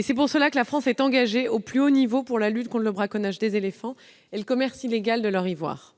C'est pourquoi la France est engagée, au plus haut niveau, pour la lutte contre le braconnage des éléphants et le commerce illégal de leur ivoire.